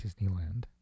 Disneyland